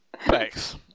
thanks